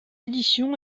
édition